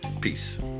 Peace